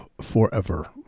forever